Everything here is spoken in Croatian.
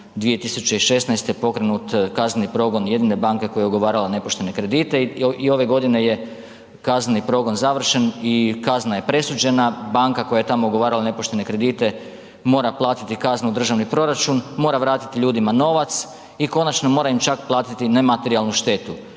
2016. pokrenut kazneni progon jedine banke koja je ugovarala nepoštene kredite i ove godine je kazneni progon završen i kazna je presuđena. Banka koja je tamo ugovarala nepoštene kredite mora platiti kaznu u državni proračun, mora vratiti ljudima novac, i konačno, mora im čak platiti nematerijalnu štetu.